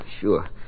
sure